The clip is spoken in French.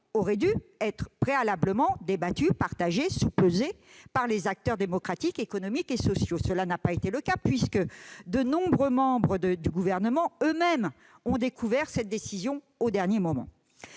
aurait dû être préalablement débattue, partagée, sous-pesée par les acteurs démocratiques, économiques et sociaux. Tel n'a pas été le cas, puisque de nombreux membres du Gouvernement ont eux-mêmes découvert cette décision au dernier moment.